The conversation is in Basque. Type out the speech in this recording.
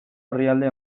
orrialde